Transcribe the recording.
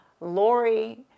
Lori